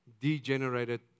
degenerated